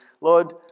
Lord